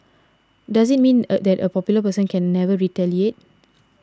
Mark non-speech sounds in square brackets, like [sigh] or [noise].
does it mean [hesitation] that a popular person can never retaliate